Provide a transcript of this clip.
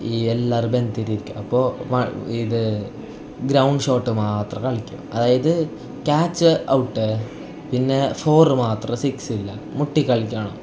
ഈ എല്ലാവരും ബെന്തിരിരിക്കും അപ്പോൾ മ ഇത് ഗ്രൗണ്ട് ഷോട്ട് മാത്രം കളിക്കും അതായിത് ക്യാച്ച് ഔട്ട് പിന്നെ ഫോർ മാത്രം സിക്സ് ഇല്ല മുട്ടിക്കളിക്കണം